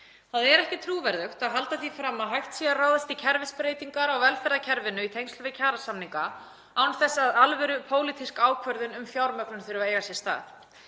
Það er ekki trúverðugt að halda því fram að hægt sé að ráðast í kerfisbreytingar á velferðarkerfinu í tengslum við kjarasamninga án þess að alvörupólitísk ákvörðun um fjármögnun eigi sér stað.